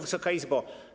Wysoka Izbo!